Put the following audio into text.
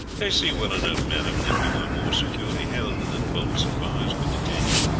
they see well enough, madame, that you are more securely held than bolts and bars could detain you.